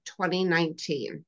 2019